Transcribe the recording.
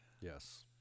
Yes